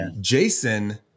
Jason